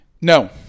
No